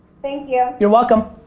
thank you. you're welcome.